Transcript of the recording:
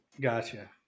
Gotcha